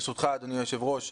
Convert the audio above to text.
ברשותך אדוני היושב-ראש,